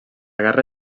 guerra